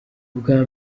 ubwa